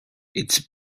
its